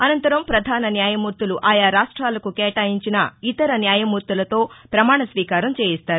అనంతరం ప్రధాన న్యాయమూర్తులు ఆయా రాష్ట్రాలకు కేటాయించిన ఇతర న్యాయమూర్తలతో ప్రమాణ స్వీకారం చేయిస్తారు